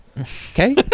Okay